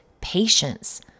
patience